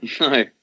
No